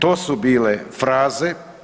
To su bile fraze.